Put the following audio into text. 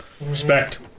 Respect